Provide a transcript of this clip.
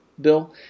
Bill